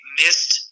missed